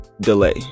delay